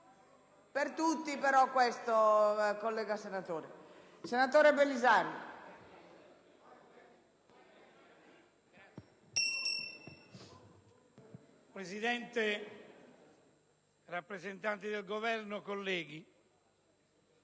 Presidente, rappresentanti del Governo, onorevoli